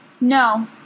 no